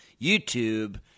YouTube